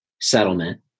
settlement